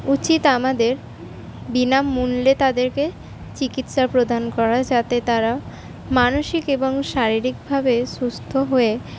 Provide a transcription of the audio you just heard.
উচিত আমাদের বিনামূল্যে তাদেরকে চিকিৎসা প্রদান করা যাতে তারা মানসিক এবং শারীরিকভাবে সুস্থ হয়ে